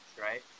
right